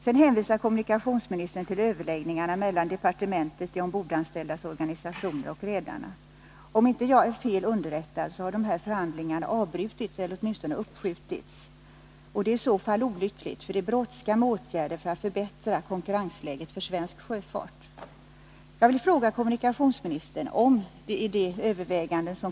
Sedan hänvisade kommunikationsministern till överläggningarna mellan departementet, de ombordanställdas organisationer och redarna. Om jag inte är felunderrättad så har dessa förhandlingar avbrutits eller åtminstone uppskjutits. Det är i så fall olyckligt, för det brådskar med åtgärder för att förbättra konkurrensläget för svensk sjöfart.